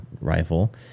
rifle